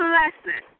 lesson